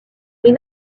les